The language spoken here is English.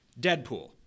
Deadpool